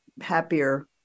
happier